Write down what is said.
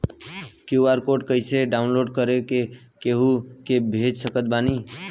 QR code कइसे download कर के केहु के भेज सकत बानी?